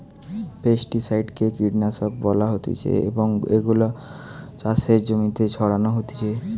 pesticide কে কীটনাশক বলা হতিছে এবং এগুলো চাষের জমিতে ছড়ানো হতিছে